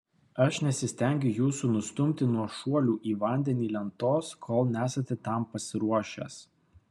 aš nesistengiu jūsų nustumti nuo šuolių į vandenį lentos kol nesate tam pasiruošęs